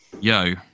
Yo